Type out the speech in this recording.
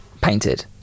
painted